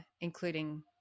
including